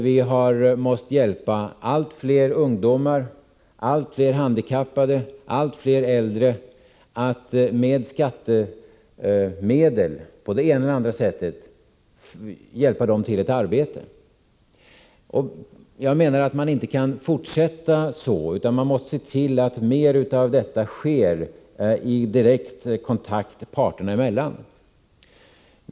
Vi har måst hjälpa allt fler ungdomar, allt fler handikappade och allt fler äldre till ett arbete med skattemedel på det ena eller andra sättet. Jag menar att man inte kan fortsätta på det viset. Man måste se till att mera av detta sker i direkt kontakt parterna emellan.